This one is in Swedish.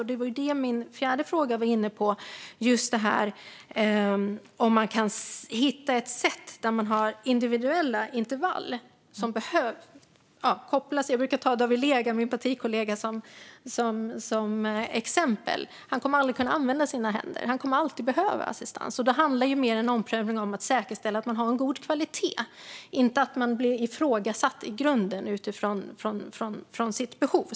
Det var det min fjärde fråga var inne på - om man kan hitta ett sätt att ha individuella intervall. Jag brukar ta min partikollega David Lega som exempel. Han kommer aldrig att kunna använda sina händer. Han kommer alltid att behöva assistans. Då ska en omprövning handla om att säkerställa god kvalitet, inte om att man blir ifrågasatt i grunden utifrån sitt behov.